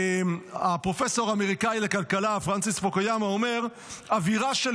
הפרופסור האמריקאי לכלכלה פרנסיס פוקויאמה אומר: אווירה של